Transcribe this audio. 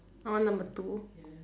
I want number two